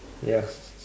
ya